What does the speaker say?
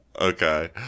Okay